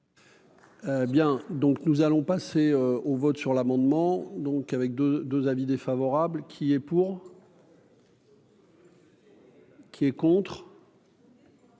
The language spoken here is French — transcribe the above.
nous allons passer au vote sur l'amendement donc avec 2 2 avis défavorable qui est pour. Qui est contre.